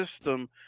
system